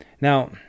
Now